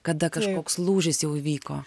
kada kažkoks lūžis jau įvyko